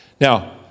Now